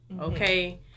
okay